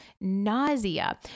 nausea